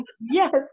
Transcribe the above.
yes